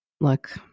look